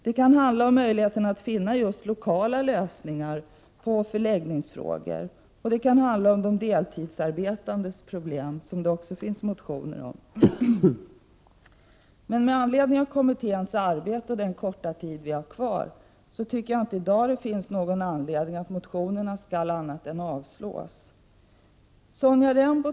Det kan handla om möjligheten att finna just lokala lösningar på förläggningsfrågor, och det kan handla om de deltidsarbetandes problem, som det också finns motioner om. Med anledning av kommitténs arbete och att vi har kort tid kvar att arbeta finns det inte i dag någon anledning att göra annat än avslå motionerna.